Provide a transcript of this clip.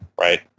Right